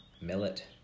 millet